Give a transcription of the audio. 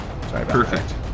Perfect